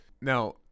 now